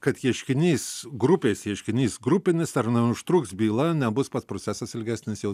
kad ieškinys grupės ieškinys grupinis ar neužtruks byla nebus pats procesas ilgesnis jau